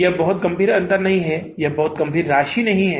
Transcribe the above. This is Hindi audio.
यह बहुत गंभीर अंतर नहीं है यह बहुत गंभीर राशि नहीं है